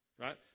Right